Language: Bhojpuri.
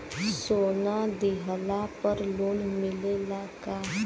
सोना दिहला पर लोन मिलेला का?